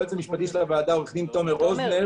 מהיועץ המשפטי של הוועדה עו"ד רוזנר,